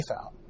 out